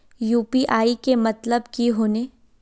UPI के मतलब की होने?